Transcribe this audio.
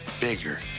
bigger